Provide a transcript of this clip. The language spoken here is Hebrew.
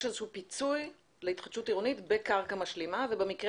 יש איזשהו פיצוי להתחדשות עירונית בקרקע משלימה ובמקרה